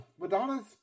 Madonna's